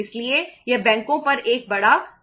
इसलिए यह बैंकों पर एक बड़ा दबाव है